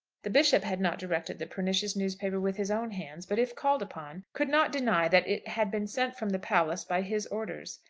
the bishop had not directed the pernicious newspaper with his own hands, but if called upon, could not deny that it had been sent from the palace by his orders.